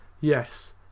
yes